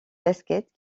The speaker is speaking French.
casquette